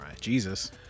Jesus